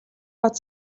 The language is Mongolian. мод